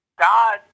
God